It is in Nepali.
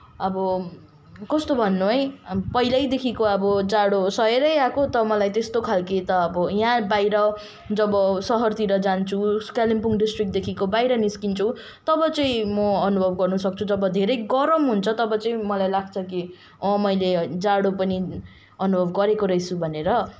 अब कस्तो भन्नु है पहिल्यैदेखिको अब जाडे सहेरै आएको त मलाई त्यस्तो खालको त अब यहाँ बाहिर जब सहरतिर जान्छु कालिम्पोङ डिस्ट्रिक्टदेखिको बाहिर निस्किन्छु तब चाहिँ म अनुभव गर्न सक्छु जब धेरै गरम हुन्छ तब चाहिँ मलाई लाग्छ कि अँ मैले जाडो पनि अनुभव गरेको रहेछु भनेर